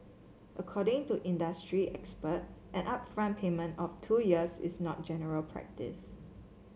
according to industry expert an upfront payment of two years is not general practice